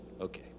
Okay